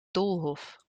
doolhof